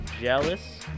Jealous